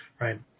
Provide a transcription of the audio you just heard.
right